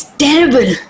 terrible